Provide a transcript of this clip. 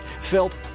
felt